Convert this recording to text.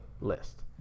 list